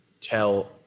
tell